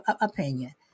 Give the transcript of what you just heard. opinion